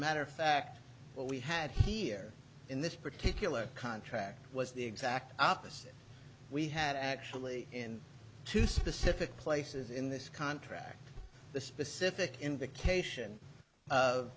matter of fact we had here in this particular contract was the exact opposite we had actually in two specific places in this contract the specific invocation of